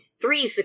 three